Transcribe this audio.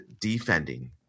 defending